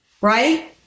Right